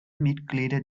mitglieder